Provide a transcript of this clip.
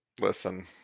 Listen